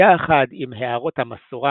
יחד עם הערות המסורה